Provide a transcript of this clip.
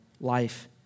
life